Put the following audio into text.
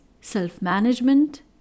self-management